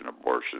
abortion